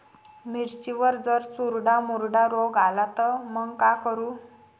मिर्चीवर जर चुर्डा मुर्डा रोग आला त मंग का करू?